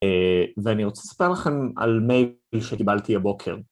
ואני רוצה לספר לכם על מייל שקיבלתי הבוקר.